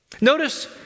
Notice